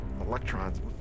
electrons